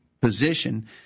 position